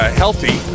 healthy